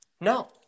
No